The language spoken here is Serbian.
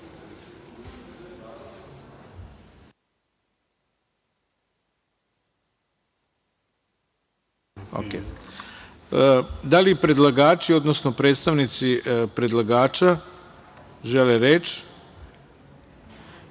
li predlagači, odnosno predstavnici predlagača žele reč? Reč